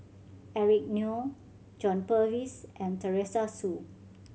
Eric Neo John Purvis and Teresa Hsu